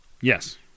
Yes